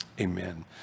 amen